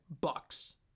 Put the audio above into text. bucks